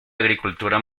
agricultura